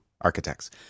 architects